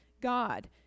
God